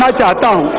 ah da da